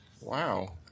Wow